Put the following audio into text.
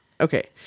Okay